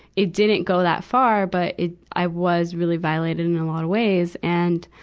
it didn't go that far, but it, i was really violated in a lot of ways. and,